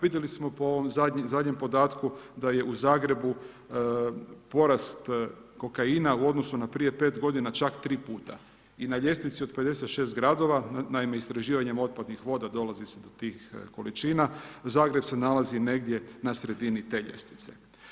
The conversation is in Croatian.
Vidjeli smo po ovom zadnjem podatku da je u Zagrebu porast kokaina u odnosu na prije 5 godina čak 3 puta i na ljestvici od 56 gradova, naime istraživanjem otpadnih voda dolazi se do tih količina, Zagreb se nalazi negdje na sredini te ljestvice.